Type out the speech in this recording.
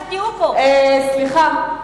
סליחה.